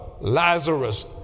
Lazarus